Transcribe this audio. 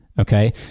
Okay